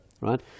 right